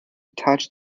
touch